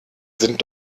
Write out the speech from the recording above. sind